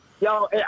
Yo